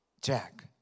Jack